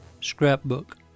scrapbook